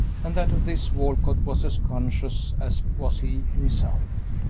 and that of this walcott was as conscious as was he himself.